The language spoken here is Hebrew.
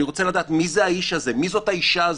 אני רוצה לדעת מי זה האיש הזה, מי זאת האישה הזאת.